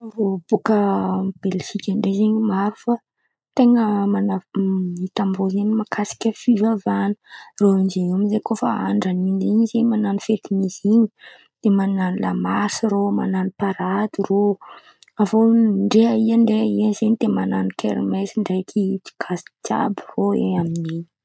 Rô bôka belgiky ndraiky zen̈y marô fa, ny ten̈a hita am-drô zen̈y: mahakasiky fivavahan̈a. Irô amy zay zen̈y, koa fa andran'in̈y zen̈y man̈ano fetin'izy in̈y, de manan̈o lamarsy rô, man̈ano parady rô. avô, ndray aia, ndray aia zen̈y man̈ano kermesy ndraiky tsinjaka jiàby irô am'in̈y